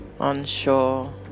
unsure